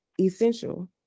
essential